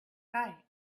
sky